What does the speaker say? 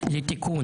כי יש עכשיו 56-64,